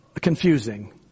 confusing